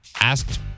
asked